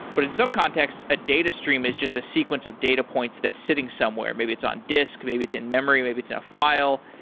but in some context, a data stream is just a sequence of data points that's sitting somewhere. maybe it's on disk, maybe it's in memory, maybe it's in a file.